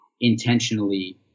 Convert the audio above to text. intentionally